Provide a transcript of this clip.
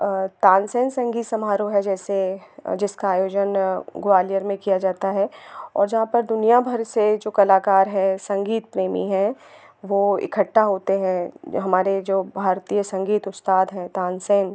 और तानसेन संगीत समारोह है जैसे जिसका आयोजन ग्वालियर में किया जाता है और जहाँ पर दुनिया भर से जो कलाकार हैं संगीत प्रेमी हैं वो इकट्ठा होते हैं हमारे जो भारतीय संगीत उस्ताद हैं तानसेन